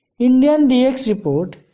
indianDXreport